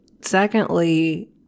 Secondly